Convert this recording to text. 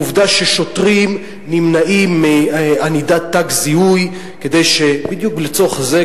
העובדה ששוטרים נמנעים מענידת תג זיהוי בדיוק לצורך זה,